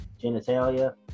genitalia